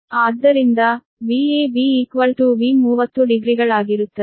ಆದ್ದರಿಂದ Vab V ∟300 ಡಿಗ್ರಿಗಳಾಗಿರುತ್ತದೆ